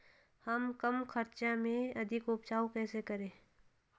हम कम खर्च में अधिक उपज कैसे करें?